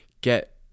get